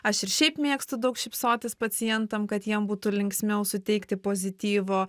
aš ir šiaip mėgstu daug šypsotis pacientam kad jiem būtų linksmiau suteikti pozityvo